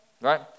right